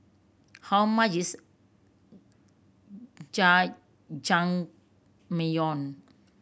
how much is Jajangmyeon